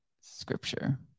scripture